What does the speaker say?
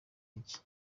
iki